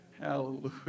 hallelujah